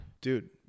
dude